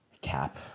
Cap